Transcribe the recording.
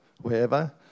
wherever